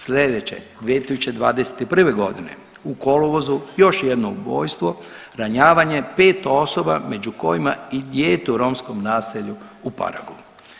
Sledeće 2021.g. u kolovozu još jedno ubojstvo, ranjavanje 5 osoba među kojima i dijete u romskom naselju u Paragu.